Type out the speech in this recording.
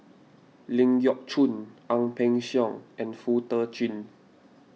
Ling Geok Choon Ang Peng Siong and Foo Tee Jun